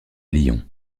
lyon